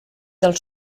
del